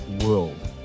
world